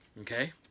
okay